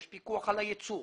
יש פיקוח על הייצוא,